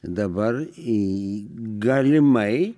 dabar į galimai